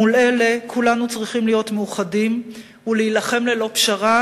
מול אלה כולנו צריכים להיות מאוחדים ולהילחם ללא פשרה,